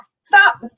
stop